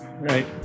Right